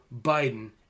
Biden